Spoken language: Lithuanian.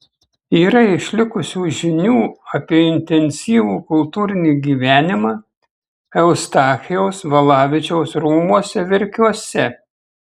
yra išlikusių žinių apie intensyvų kultūrinį gyvenimą eustachijaus valavičiaus rūmuose verkiuose